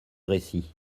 récit